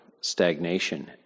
stagnation